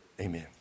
amen